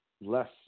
Less